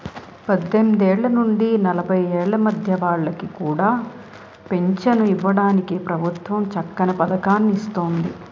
పద్దెనిమిదేళ్ల నుండి నలభై ఏళ్ల మధ్య వాళ్ళకి కూడా పెంచను ఇవ్వడానికి ప్రభుత్వం చక్కని పదకాన్ని ఇస్తోంది